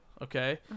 okay